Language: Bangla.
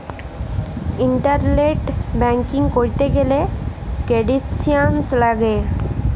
ইন্টারলেট ব্যাংকিং ক্যরতে গ্যালে ক্রিডেন্সিয়ালস লাগিয়ে